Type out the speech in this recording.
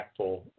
impactful